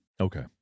Okay